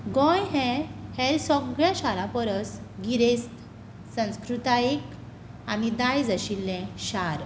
गोंय हें हेर सगळ्या शारां परस गिरेस्त संस्कृतायीक आनी दायज आशिल्लें शार